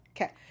Okay